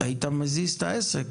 צריך לזכור שבסוף,